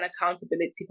accountability